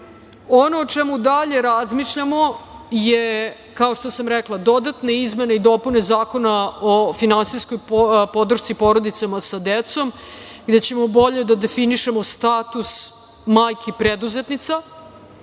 o čemu dalje razmišljamo je, kao što sam rekla, dodatne izmene i dopune Zakona o finansijskoj podršci porodicama sa decom i da ćemo bolje da definišemo status majki preduzetnica,